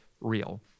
real